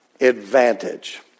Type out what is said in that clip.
advantage